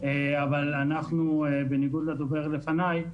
אבל אנחנו בניגוד לדובר לפני,